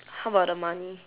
how about the money